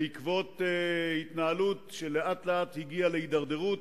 בעקבות התנהלות שלאט-לאט הגיעה להידרדרות,